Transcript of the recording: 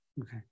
Okay